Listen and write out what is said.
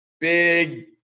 big